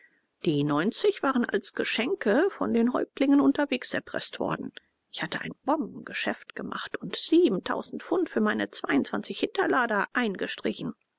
die neunzig waren als geschenke von den häuptlingen unterwegs erpreßt worden ich hatte ein bombengeschäft gemacht und siebentausend pfund für meine zweiundzwanzig hinterlader eingestrichen